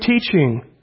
teaching